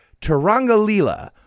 Tarangalila